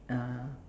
uh